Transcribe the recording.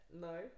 No